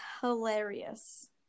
hilarious